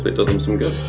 it does them some good